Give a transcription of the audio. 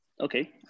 Okay